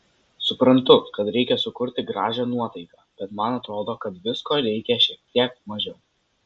suprantu kad reikia sukurti gražią nuotaiką bet man atrodo kad visko reikia šiek tiek mažiau